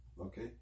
okay